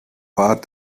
war